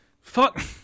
Fuck